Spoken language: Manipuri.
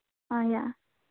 ꯑꯥ